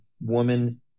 woman